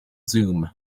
zoom